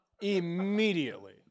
Immediately